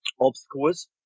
obstacles